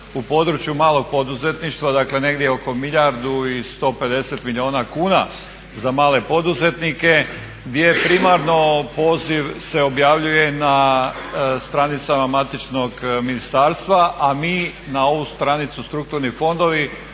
u području malog poduzetništva, dakle negdje oko milijardu i 150 milijuna kuna za male poduzetnike gdje primarno poziv se objavljuje na stranicama matičnog ministarstva, a mi na ovu stranicu strukturni fondovi